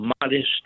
modest